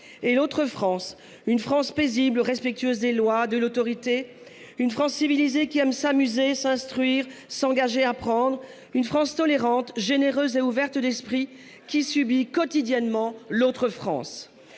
De l’autre, une France paisible, respectueuse des lois, de l’autorité, une France civilisée qui aime s’amuser, s’instruire, s’engager, apprendre, une France tolérante, généreuse et ouverte d’esprit, qui subit quotidiennement l’autre France.